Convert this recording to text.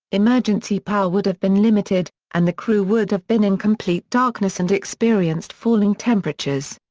emergency power would have been limited, and the crew would have been in complete darkness and experienced falling temperatures.